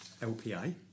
lpa